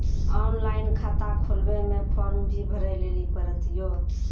Online खाता खोलवे मे फोर्म भी भरे लेली पड़त यो?